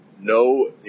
no